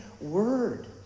word